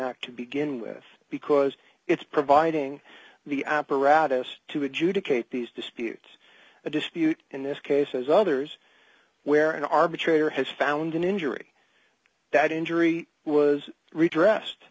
act to begin with because it's providing the apparatus to adjudicate these disputes a dispute in this case as others where an arbitrator has found an injury that injury was redressed